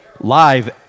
live